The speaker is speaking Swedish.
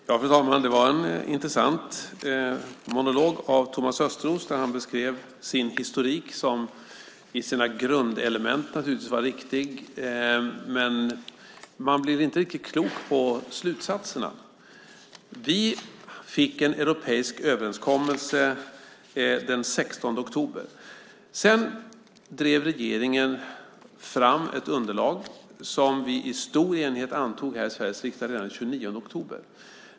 Fru talman! Det var en intressant monolog av Thomas Östros där han beskrev en historik som i sina grundelement naturligtvis var riktig. Men man blev inte riktigt klok på slutsatserna. Vi fick en europeisk överenskommelse den 16 oktober. Sedan drev regeringen fram ett underlag som vi i stor enighet antog här i Sveriges riksdag redan den 29 oktober.